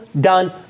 done